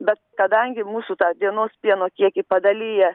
bet kadangi mūsų tą dienos pieno kiekį padalija